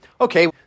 Okay